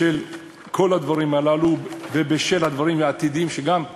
בשל כל הדברים הללו ובשל הדברים העתידיים שאנחנו גם,